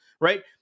Right